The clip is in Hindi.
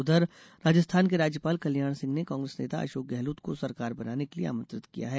उधर राजस्थान के राज्यपाल कल्याण सिंह ने कांग्रेस नेता अशोक गहलोत को सरकार बनाने के लिए आमंत्रित किया है